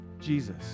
Jesus